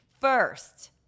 First